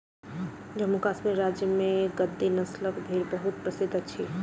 जम्मू कश्मीर राज्य में गद्दी नस्लक भेड़ बहुत प्रसिद्ध अछि